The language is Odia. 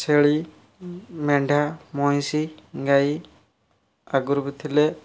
ଛେଳି ମେଣ୍ଢା ମଇଁଷି ଗାଈ ଆଗରୁ ବି ଥିଲେ